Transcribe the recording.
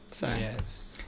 Yes